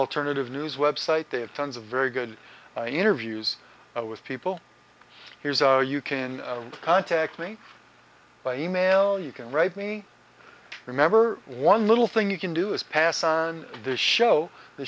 alternative news website they have tons of very good interviews with people here's a you can contact me by email or you can write me remember one little thing you can do is pass on this show the